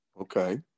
Okay